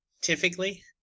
Typically